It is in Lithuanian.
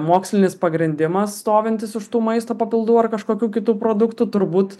mokslinis pagrindimas stovintis už tų maisto papildų ar kažkokių kitų produktų turbūt